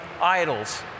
idols